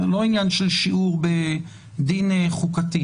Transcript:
זה לא עניין של שיעור בדין חוקתי.